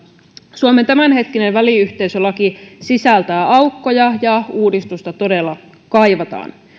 suomen tämänhetkinen väliyhteisölaki sisältää aukkoja ja uudistusta todella kaivataan